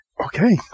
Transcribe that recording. Okay